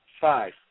Five